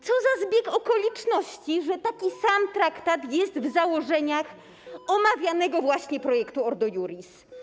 Co za zbieg okoliczności, że taki sam traktat jest w założeniach omawianego właśnie projektu Ordo Iuris.